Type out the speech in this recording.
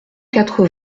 quatre